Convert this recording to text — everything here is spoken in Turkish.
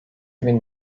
bin